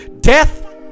Death